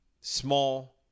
Small